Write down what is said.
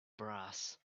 brass